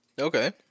Okay